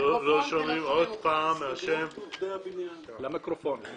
אנחנו מדברים כל הזמן על בונה פיגומים